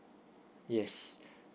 yes